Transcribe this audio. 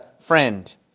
friend